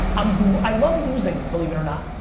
um i love losing, believe it or not,